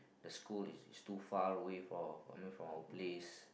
the school is too far away from away from our place